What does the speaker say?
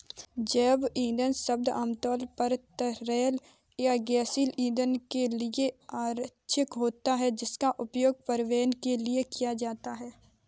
जैव ईंधन शब्द आमतौर पर तरल या गैसीय ईंधन के लिए आरक्षित होता है, जिसका उपयोग परिवहन के लिए किया जाता है